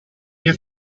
mia